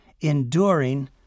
enduring